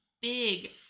big